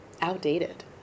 outdated